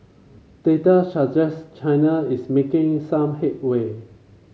data suggest China is making some headway